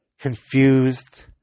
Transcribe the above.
confused